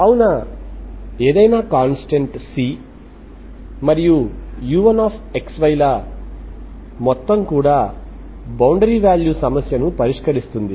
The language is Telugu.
కావున ఏదైనా కాంస్టెంట్ C మరియు u1xy ల మొత్తం కూడా బౌండరీ వాల్యూ సమస్యను పరిష్కరిస్తుంది